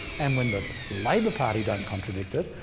and when the labor party don't contradict it,